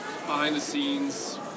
behind-the-scenes